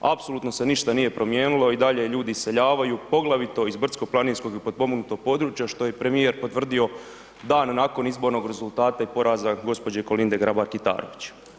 Apsolutno se ništa nije promijenilo i dalje ljudi iseljavaju, poglavito iz brdsko planinskog i potpomognutog područja, što je i premijer potvrdio dan nakon izbornog rezultata i poraza gđe. Kolinde Grabar Kitarović.